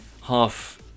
half